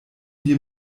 wir